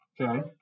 Okay